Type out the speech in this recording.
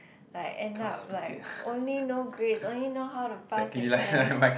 like end up like only know grades only know how to pass exam